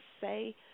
say